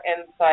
insight